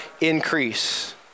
increase